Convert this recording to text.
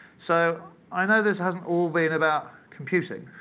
so i know this hasn't all been about computing,